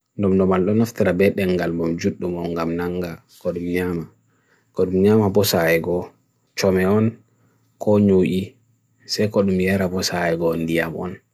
Nyiiwa ɓe hokkita kanko fiinooko. Ɓe wadi goongu ngam hokka ndiyanji laawol.